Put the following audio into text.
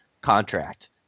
contract